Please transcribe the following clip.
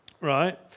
right